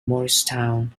morristown